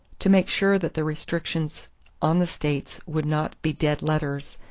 to make sure that the restrictions on the states would not be dead letters,